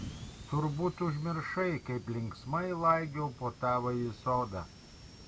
turbūt užmiršai kaip linksmai laigiau po tavąjį sodą